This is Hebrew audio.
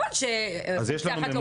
כמובן שקבוצה אחרת לא פותרת הכל.